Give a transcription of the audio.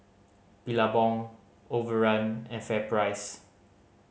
Billabong Overrun and FairPrice